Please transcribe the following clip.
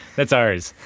that's ours.